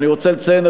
אני רוצה לציין,